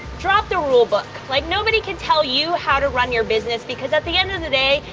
drop the rule book. like can tell you how to run your business because at the end of the day,